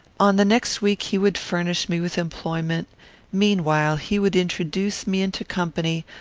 on the next week he would furnish me with employment meanwhile he would introduce me into company,